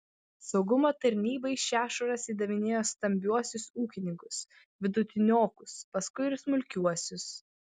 saugumo tarnybai šešuras įdavinėjo stambiuosius ūkininkus vidutiniokus paskui ir smulkiuosius